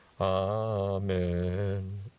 amen